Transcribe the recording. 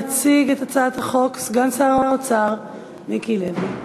יציג את הצעת החוק סגן שר האוצר מיקי לוי.